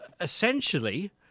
essentially